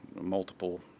multiple